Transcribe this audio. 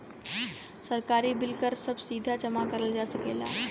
सरकारी बिल कर सभ सीधा जमा करल जा सकेला